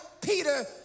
Peter